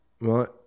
right